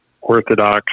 orthodox